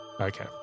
Okay